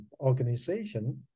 organization